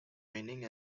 meaning